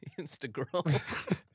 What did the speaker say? Instagram